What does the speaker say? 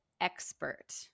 expert